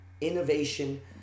innovation